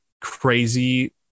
crazy